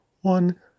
one